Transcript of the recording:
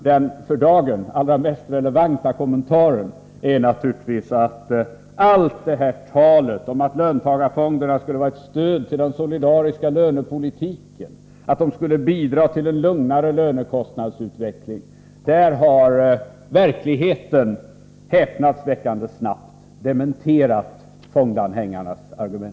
Den för dagen mest relevanta kommentaren är naturligtvis att fondanhängarnas argument att löntagarfonderna skulle vara ett stöd till den solidariska lönepolitiken, att de skulle bidra till en lugnare lönekostnadsutveckling, häpnadsväckande snabbt har dementerats av verkligheten.